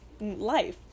life